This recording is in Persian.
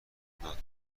دادم